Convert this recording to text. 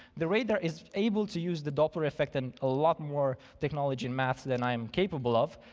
the radar is able to use the doppler effect in a lot more technology in maths than i'm capable of,